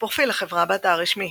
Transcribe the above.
פרופיל החברה, באתר הרשמי